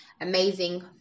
amazing